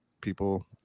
people